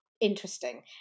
interesting